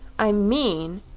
i mean,